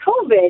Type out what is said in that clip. COVID